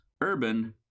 Urban